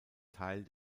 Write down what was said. teil